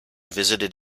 visited